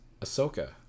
Ahsoka